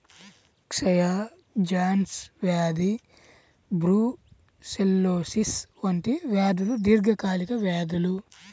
క్షయ, జాన్స్ వ్యాధి బ్రూసెల్లోసిస్ వంటి వ్యాధులు దీర్ఘకాలిక వ్యాధులు